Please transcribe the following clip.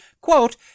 quote